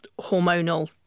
hormonal